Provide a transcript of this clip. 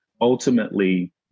Ultimately